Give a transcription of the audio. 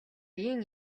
ийн